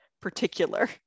particular